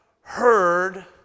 heard